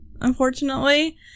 unfortunately